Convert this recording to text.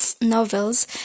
novels